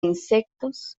insectos